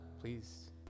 please